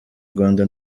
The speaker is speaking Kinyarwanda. rwanda